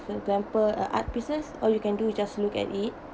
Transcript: example uh art pieces all you can do is just look at it